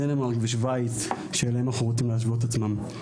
דנמרק ושוויץ שאליהן אנחנו רוצים להשוות את עצמנו.